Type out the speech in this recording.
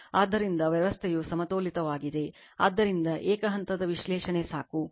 ಆದ್ದರಿಂದ ವ್ಯವಸ್ಥೆಯು ಸಮತೋಲಿತವಾಗಿದೆ ಆದ್ದರಿಂದ ಏಕ ಹಂತದ ವಿಶ್ಲೇಷಣೆ ಸಾಕು